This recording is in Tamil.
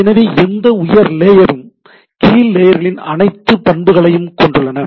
எனவே எந்த உயர் லேயரும் கீழ் லேயர்களின் அனைத்து பண்புகளையும் கொண்டுள்ளன